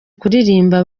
kuririmba